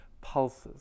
pulses